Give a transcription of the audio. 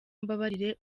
umbabarire